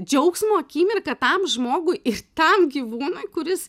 džiaugsmo akimirka tam žmogui ir tam gyvūnui kuris